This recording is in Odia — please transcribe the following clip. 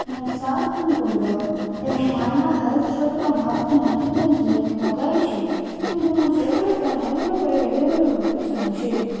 ମୁଁ ସ୍ଲାର୍ପ ଫାର୍ମ ଗୁଣ୍ଡ ଏବଂ ମାନ୍ନା ହେଲ୍ଥ୍ ଛତୁଆ ମାଭୂ ମଲ୍ଟିଗ୍ରେନ୍ ଡ୍ରିଙ୍କ୍ ମଗାଇଛି କିନ୍ତୁ ମୁଁ ସେଗୁଡ଼ିକ ନଅ ଦିନ ପରେ ଡେଲିଭର୍ ହଉ ବୋଲି ଚାହୁଁଛି